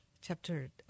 chapter